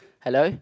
hello